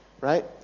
right